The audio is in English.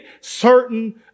certain